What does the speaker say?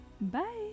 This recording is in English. Bye